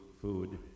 food